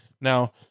now